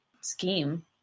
scheme